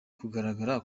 kugaragara